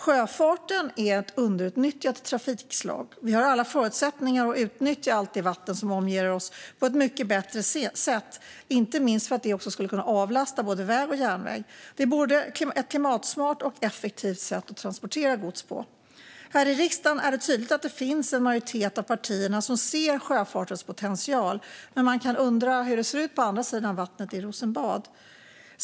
Sjöfarten är ett underutnyttjat trafikslag. Vi har alla förutsättningar att utnyttja allt det vatten som omger oss på ett mycket bättre sätt, inte minst därför att det skulle kunna avlasta väg och järnväg. Detta är ett både klimatsmart och effektivt sätt att transportera gods på. Här i riksdagen är det tydligt att en majoritet av partierna ser sjöfartens potential, men man kan undra hur det ser ut på andra sidan vattnet i Rosenbad.